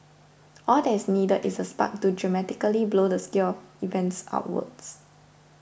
all that is needed is a spark to dramatically blow the scale events outwards